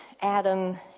Adam